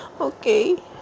okay